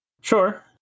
Sure